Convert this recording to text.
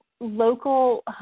local